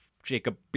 Jacob